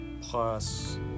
plus